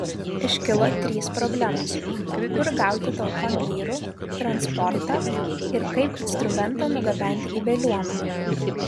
iškilo trys problemos kur gauti talkon vyrų transportą ir kaip instrumentą nugabenti į veliuoną